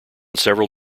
several